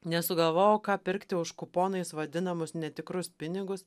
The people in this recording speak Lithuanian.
nesugalvojau ką pirkti už kuponais vadinamus netikrus pinigus